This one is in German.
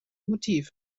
motiv